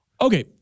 Okay